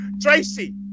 Tracy